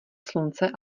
slunce